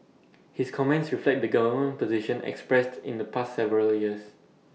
his comments reflect the government position expressed in the past several years